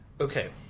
Okay